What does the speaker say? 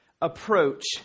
approach